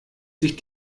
sich